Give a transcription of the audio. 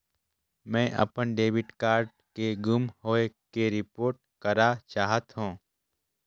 मैं अपन debit card के गुम होवे के रिपोर्ट करा चाहत हों